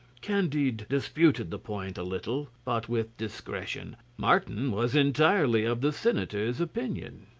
candide disputed the point a little, but with discretion. martin was entirely of the senator's opinion.